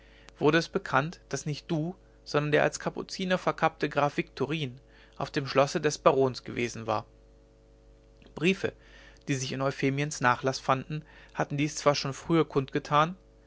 wurde es bekannt daß nicht du sondern der als kapuziner verkappte graf viktorin auf dem schlosse des barons gewesen war briefe die sich in euphemiens nachlaß fanden hatten dies zwar schon früher kundgetan